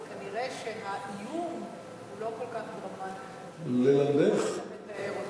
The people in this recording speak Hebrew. אז כנראה האיום הוא לא כל כך דרמטי כמו שאתה מתאר אותו.